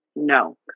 No